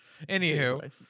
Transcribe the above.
Anywho